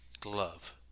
glove